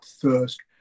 first